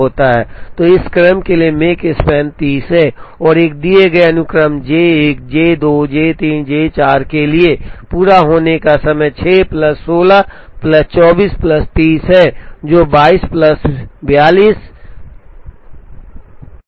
तो इस क्रम के लिए Makespan 30 है एक दिए गए अनुक्रम J 1 J 2 J 3 J 4 के लिए पूरा होने का समय 6 प्लस 16 प्लस 24 प्लस 30 है जो 22 प्लस 426 46 प्लस 30 76 है